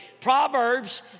Proverbs